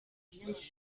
abanyamakuru